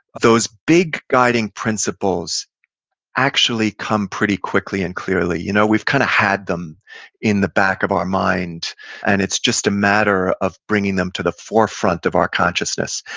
those big guiding principles actually come pretty quickly and clearly. you know we've kind of had them in the back of our mind and it's just a matter of bringing them to the forefront of our consciousness.